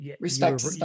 Respect